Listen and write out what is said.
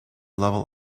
level